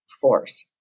Force